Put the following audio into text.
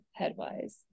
HeadWise